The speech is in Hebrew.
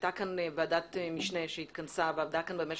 הייתה כאן ועדת משנה שהתכנסה ועבדה כאן במשך